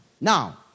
Now